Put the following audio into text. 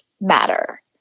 matter